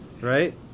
right